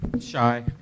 Shy